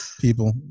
people